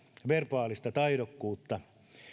verbaalista taidokkuutta